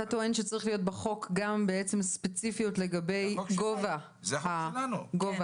אתה טוען שבחוק צריכה להיות גם ספציפיות לגבי גובה התשלום.